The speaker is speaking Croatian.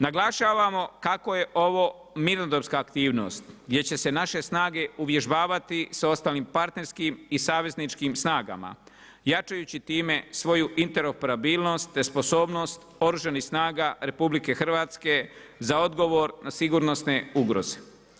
Naglašavamo kako je ovo minudorska aktivnost gdje će se naše snage uvježbavati s ostalima partnerskim i savezničkim snagama, jačajući time svoju interoperabilnost, te sposobnost oružanih snaga RH za odgovor na sigurnosne ugroze.